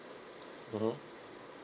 mmhmm